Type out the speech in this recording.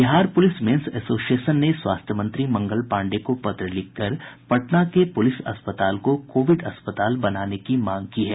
Bihar police men's association ने स्वास्थ्य मंत्री मंगल पांडेय को पत्र लिखकर पटना के पुलिस अस्पताल को कोविड अस्पताल बनाने की मांग की है